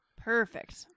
Perfect